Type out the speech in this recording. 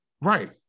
Right